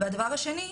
הדבר השני,